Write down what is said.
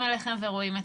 ורואים אתכם.